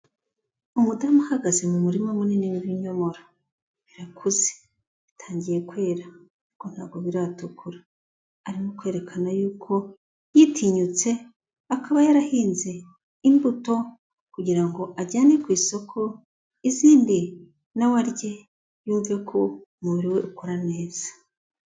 Umudamu uhagaze mu murima munini w'ibinyoboro, birakuze, bitangiye kwera ariko ntabwo biratukura, arimo kwerekana yuko yitinyutse, akaba yarahinze imbuto kugira ngo ajyane ku isoko, izindi na we arye yumve ko umubiri we ukora neza.